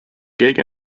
keegi